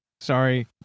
sorry